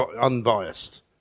unbiased